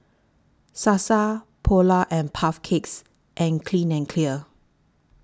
Sasa Polar and Puff Cakes and Clean and Clear